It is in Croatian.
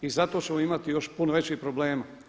I zato ćemo imati još puno većih problema.